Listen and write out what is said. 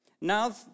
Now